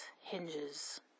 hinges